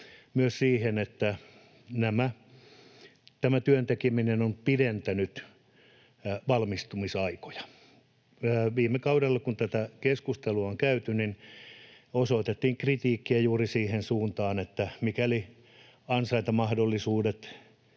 myös siihen, että tämä työn tekeminen pidentää valmistumisaikoja. Viime kaudella, kun tätä keskustelua on käyty, osoitettiin kritiikkiä juuri siihen suuntaan, että mikäli ansaintamahdollisuudet